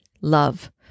Love